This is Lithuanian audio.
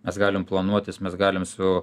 mes galim planuotis mes galim su